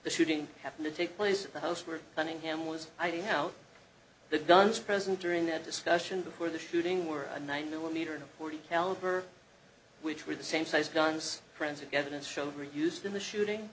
the shooting happened to take place the house were running him was i mean how the guns present during that discussion before the shooting were a nine millimeter forty caliber which were the same size guns forensic evidence showed were used in the shooting